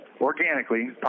Organically